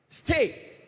Stay